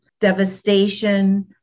devastation